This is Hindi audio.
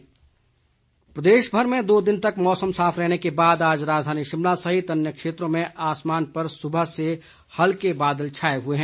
मौसम प्रदेश भर में दो दिन तक मौसम साफ रहने के बाद आज राजधानी शिमला सहित अन्य क्षेत्रों में आसमान पर सुबह से हल्के बादल छाए हुए हैं